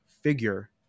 figure